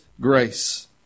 grace